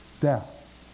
death